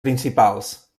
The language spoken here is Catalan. principals